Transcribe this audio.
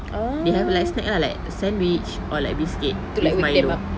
they have like a snack lah like sandwich or like biscuit with Milo